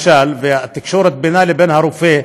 והתקשורת בינה לבין הרופא,